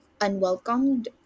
unwelcomed